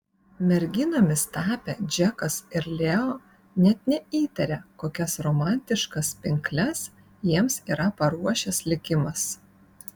merginomis tapę džekas ir leo net neįtaria kokias romantiškas pinkles jiems yra paruošęs likimas